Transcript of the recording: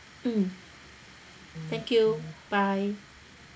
mm thank you bye